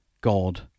God